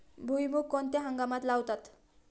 भुईमूग कोणत्या हंगामात लावतात?